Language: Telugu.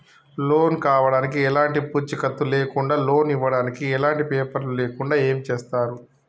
లోన్ కావడానికి ఎలాంటి పూచీకత్తు లేకుండా లోన్ ఇవ్వడానికి ఎలాంటి పేపర్లు లేకుండా ఏం చేస్తారు?